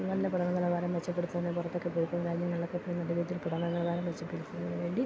നല്ല പഠന നിലവാരം മെച്ചപ്പെടുത്തുന്നതിന് പുറത്തൊക്കെ പോയിട്ട് കാര്യങ്ങളൊക്കെ നല്ല രീതിയിൽ പഠന നിലവാരം മെച്ചപ്പെടുത്തുന്നതിന് വേണ്ടി